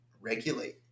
regulate